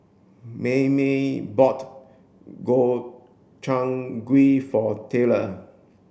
Maymie bought Gobchang Gui for Taylor